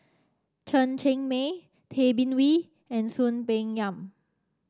Chen Cheng Mei Tay Bin Wee and Soon Peng Yam